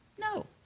No